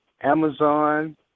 Amazon